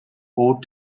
old